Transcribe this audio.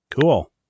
Cool